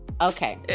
Okay